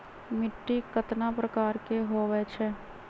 मिट्टी कतना प्रकार के होवैछे?